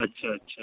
अच्छा अच्छा